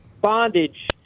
bondage